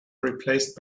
replaced